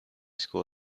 school